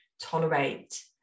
tolerate